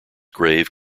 grave